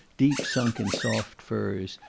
deep sunk in soft furs,